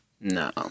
no